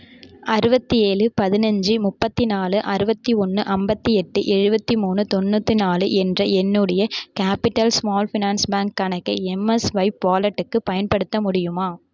அறுபத்தி ஏழு பதினஞ்சு முப்பத்தினாலு அறுபத்தி ஒன்று ஐம்பத்தி எட்டு எழுபத்தி மூணு தொண்ணூற்றிநாலு என்ற என்னுடைய கேபிட்டல் ஸ்மால் ஃபினான்ஸ் பேங்க் கணக்கை எம்மஸ்வைப் வாலெட்டுக்கு பயன்படுத்த முடியுமா